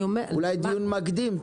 אולי תעשו דיון מקדים.